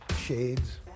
Shades